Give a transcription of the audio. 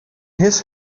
his